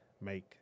make